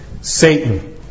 Satan